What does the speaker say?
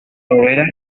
novelas